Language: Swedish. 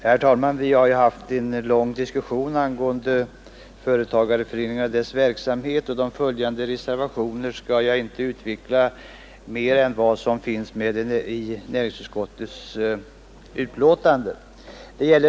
Herr talman! Vi har ju här haft en lång debatt om företagarföreningarna och deras verksamhet, och de reservationer som avgivits vid denna punkt skall jag inte utveckla mer än vad som framgår av näringsutskottets förevarande betänkande.